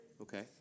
Okay